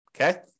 Okay